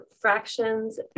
fractions